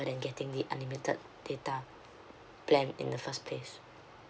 than getting the unlimited data plan in the first place